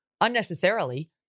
unnecessarily